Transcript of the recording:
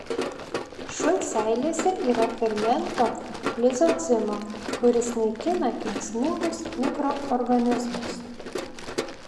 šuns seilėse yra fermento lizocimo kuris naikina kenksmingus mikroorganizmus